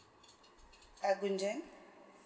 uh gunjan